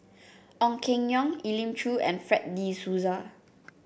Ong Keng Yong Elim Chew and Fred De Souza